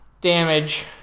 damage